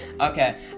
okay